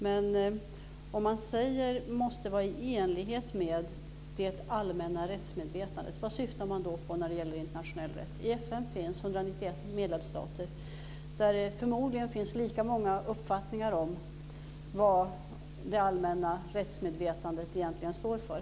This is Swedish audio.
Men vad syftar man på när det gäller internationell rätt om man säger att rätten måste vara i enlighet med det allmänna rättsmedvetandet? I FN finns 191 medlemsstater, och det finns förmodligen lika många uppfattningar om vad det allmänna rättsmedvetandet egentligen står för.